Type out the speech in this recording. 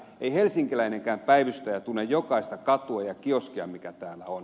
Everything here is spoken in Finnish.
ei helsinkiläinenkään päivystäjä tunne jokaista katua ja kioskia mikä täällä on